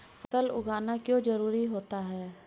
फसल उगाना क्यों जरूरी होता है?